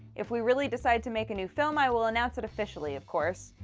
if we really decide to make a new film, i will announce it officially, of course.